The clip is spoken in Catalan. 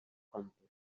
còmput